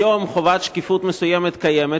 היום חובת שקיפות מסוימת קיימת,